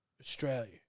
Australia